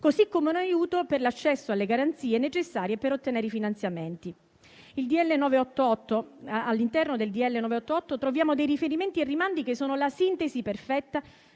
molti, come un aiuto per l'accesso alle garanzie necessarie per ottenere i finanziamenti. All'interno del disegno di legge n. 988 troviamo dei riferimenti e dei rimandi che sono la sintesi perfetta